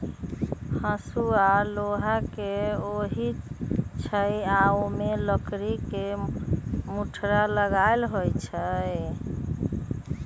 हसुआ लोहा के होई छई आ ओमे लकड़ी के मुठरा लगल होई छई